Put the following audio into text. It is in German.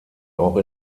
auch